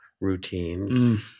routine